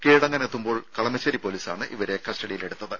കീഴടങ്ങാൻ എത്തുമ്പോൾ കളമശ്ശേരി പൊലീസാണ് ഇവരെ കസ്റ്റിഡിയിലെടുത്തത്